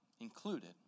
Included